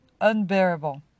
unbearable